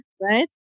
right